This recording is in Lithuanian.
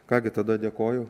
ką gi tada dėkoju